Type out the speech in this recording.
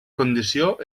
condició